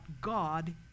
God